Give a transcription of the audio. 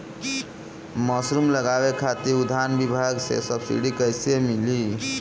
Mushroom लगावे खातिर उद्यान विभाग से सब्सिडी कैसे मिली?